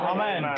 Amen